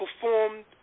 performed